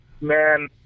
man